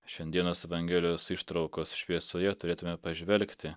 šiandienos evangelijos ištraukos šviesoje turėtume pažvelgti